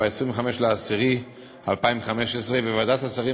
ב-25 באוקטובר 2015. ועדת השרים,